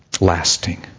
lasting